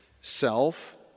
self